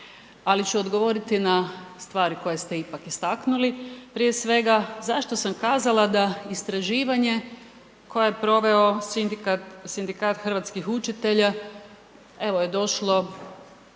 Ali ću govoriti na stvari koje ste ipak istaknuli. Prije svega zašto sam kazala, da istraživanje, koje je proveo sindikat hrvatskih učitelja, evo je došlo